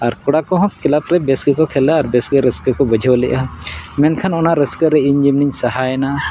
ᱟᱨ ᱠᱚᱲᱟ ᱠᱚᱦᱚᱸ ᱠᱞᱟᱵᱽ ᱨᱮ ᱵᱮᱥ ᱜᱮᱠᱚ ᱠᱷᱮᱞᱟ ᱟᱨ ᱵᱮᱥᱜᱮ ᱨᱟᱹᱥᱠᱟᱹ ᱠᱚ ᱵᱩᱡᱷᱟᱹᱣ ᱞᱮᱜᱼᱟ ᱢᱮᱱᱠᱷᱟᱱ ᱚᱱᱟ ᱨᱟᱹᱥᱠᱟᱹ ᱨᱮ ᱤᱧ ᱡᱮᱢᱚᱱᱤᱧ ᱥᱟᱦᱟᱭᱮᱱᱟ